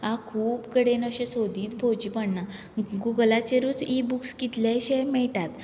खूब कडेन अशें सोदीत भोंवचें पडना गुगलाचेरच इ बूक्स कितलेशेच मेळटात